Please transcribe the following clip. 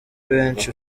benshi